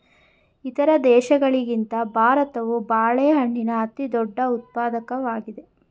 ಇತರ ದೇಶಗಳಿಗಿಂತ ಭಾರತವು ಬಾಳೆಹಣ್ಣಿನ ಅತಿದೊಡ್ಡ ಉತ್ಪಾದಕವಾಗಿದೆ